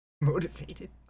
Motivated